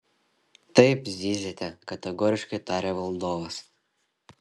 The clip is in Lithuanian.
taip zyziate kategoriškai tarė valdovas